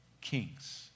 kings